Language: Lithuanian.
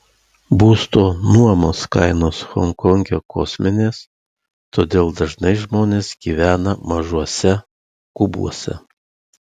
būsto nuomos kainos honkonge kosminės todėl dažnai žmonės gyvena mažuose kubuose